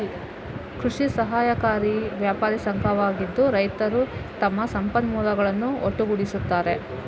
ಕೃಷಿ ಸಹಕಾರಿಯು ವ್ಯಾಪಾರ ಸಂಘವಾಗಿದ್ದು, ರೈತರು ತಮ್ಮ ಸಂಪನ್ಮೂಲಗಳನ್ನು ಒಟ್ಟುಗೂಡಿಸುತ್ತಾರೆ